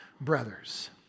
brothers